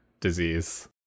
disease